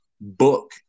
book